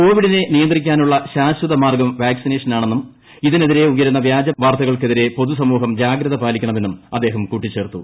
കോവിഡിനെ നിയന്ത്രിക്കാനുള്ള ശാശ്വത മാർഗ്ഗാട്ട് വിവാക്സിനേഷനാണെന്നും ഇതിനെതിരെ ഉയരുന്ന വ്യാജ വാർത്ത്കൾക്കെതിരെ പൊതുസമൂഹം ജാഗ്രത പാലിക്കണമെന്നും അദ്ദേഹും കൂട്ടിച്ചേർത്തു